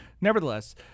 Nevertheless